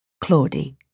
Claudie